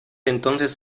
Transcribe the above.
entonces